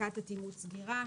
בדיקת אטימות סגירה,